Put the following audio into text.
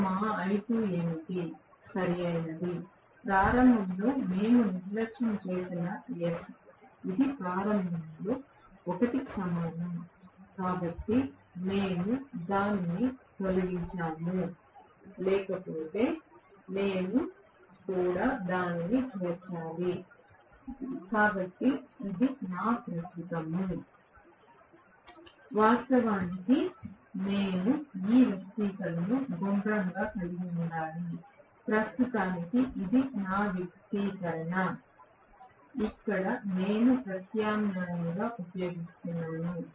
ఇది మా I2 ఏమిటి సరియైనది ప్రారంభంలో మేము నిర్లక్ష్యం చేసిన s ఇది ప్రారంభంలో 1 కి సమానం కాబట్టి మేము దానిని తొలగించాము లేకపోతే నేను కూడా దానిని చేర్చాలి కాబట్టి ఇది నా ప్రస్తుతము వాస్తవానికి నేను ఈ వ్యక్తీకరణను గుండ్రంగా కలిగి ఉండాలి ప్రస్తుతానికి ఇది నా వ్యక్తీకరణ ఇక్కడ నేను ప్రత్యామ్నాయం గా ఉపయోగిస్తున్నాను